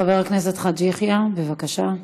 חבר הכנסת חאג' יחיא, בבקשה.